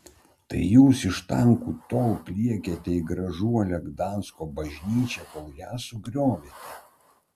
tai jūs iš tankų tol pliekėte į gražuolę gdansko bažnyčią kol ją sugriovėte